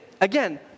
Again